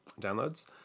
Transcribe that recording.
downloads